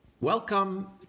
Welcome